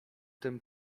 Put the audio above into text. tym